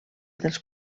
dels